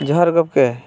ᱡᱚᱦᱟᱨ ᱜᱚᱵᱠᱮ